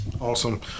Awesome